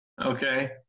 Okay